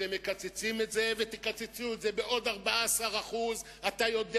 אתם מקצצים את זה ותקצצו את זה בעוד 14%. אתה יודע